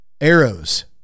arrows